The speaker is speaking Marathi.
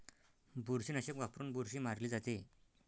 बुरशीनाशक वापरून बुरशी मारली जाते